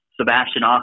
Sebastian